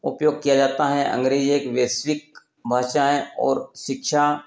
उपयोग किया जाता है अंग्रेजी एक वैश्विक भाषा हैं और शिक्षा